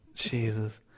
Jesus